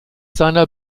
seiner